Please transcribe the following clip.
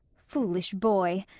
foolish boy,